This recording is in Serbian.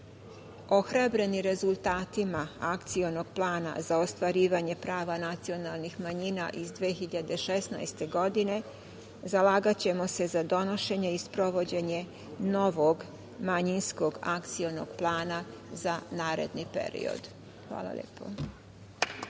kraju. Ohrabreni rezultatima akcionog plana za ostvarivanje prava nacionalnih manjina iz 2016. godine, zalagaćemo se za donošenje i sprovođenje novog manjinskog akcionog plana za naredni period. Hvala lepo.